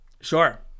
Sure